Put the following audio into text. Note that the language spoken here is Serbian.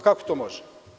Kako to može?